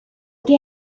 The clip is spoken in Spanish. que